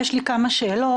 יש לי כמה שאלות.